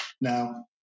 Now